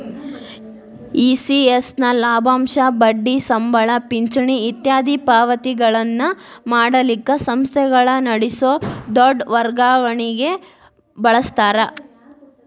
ECS ನ ಲಾಭಾಂಶ, ಬಡ್ಡಿ, ಸಂಬಳ, ಪಿಂಚಣಿ ಇತ್ಯಾದಿ ಪಾವತಿಗಳನ್ನ ಮಾಡಲಿಕ್ಕ ಸಂಸ್ಥೆಗಳ ನಡಸೊ ದೊಡ್ ವರ್ಗಾವಣಿಗೆ ಬಳಸ್ತಾರ